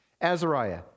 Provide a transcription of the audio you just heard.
Azariah